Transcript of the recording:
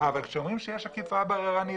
אבל כשאומרים שיש אכיפה בררנית,